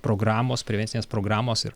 programos prevencinės programos ir